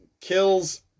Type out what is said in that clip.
Kills